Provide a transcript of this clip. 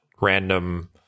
random